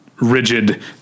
rigid